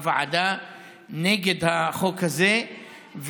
נגד החוק הזה,